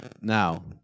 Now